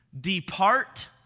Depart